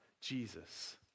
Jesus